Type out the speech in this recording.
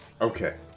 Okay